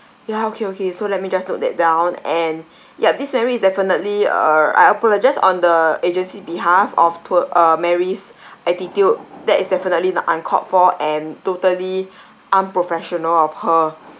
ya okay okay so let me just note that down and yup this mary is definitely uh I apologise on the agency's behalf of tour uh mary's attitude that is definitely n~ uncalled for and totally unprofessional of her